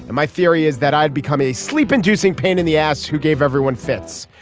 my theory is that i'd become a sleep inducing pain in the ass who gave everyone fits.